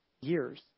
years